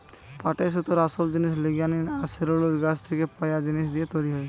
পাটের সুতোর আসোল জিনিস লিগনিন আর সেলুলোজ গাছ থিকে পায়া জিনিস দিয়ে তৈরি হয়